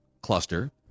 cluster